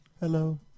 Hello